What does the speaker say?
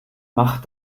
mach